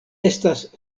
estas